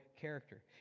character